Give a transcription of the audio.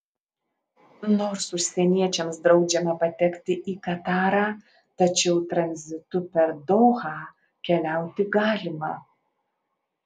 nors užsieniečiams draudžiama patekti į katarą tačiau tranzitu per dohą keliauti galima